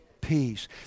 Peace